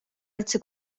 üldse